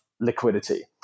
liquidity